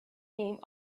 name